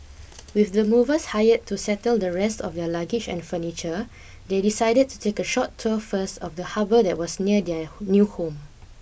with the movers hired to settle the rest of their luggage and furniture they decided to take a short tour first of the harbour that was near their new home